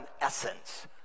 essence